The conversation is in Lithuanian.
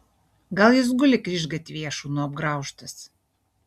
gal jis guli kryžgatvyje šunų apgraužtas